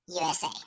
USA